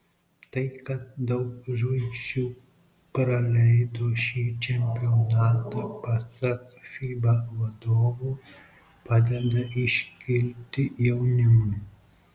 tai kad daug žvaigždžių praleido šį čempionatą pasak fiba vadovų padeda iškilti jaunimui